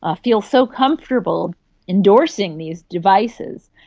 ah feel so comfortable endorsing these devices.